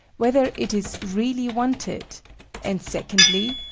whether it is really wanted and, secondly,